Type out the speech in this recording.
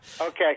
okay